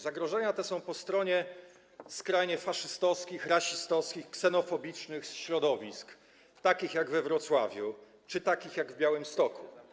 Zagrożenia te są po stronie skrajnie faszystowskich, rasistowskich, ksenofobicznych środowisk, takich jak to we Wrocławiu czy to w Białymstoku.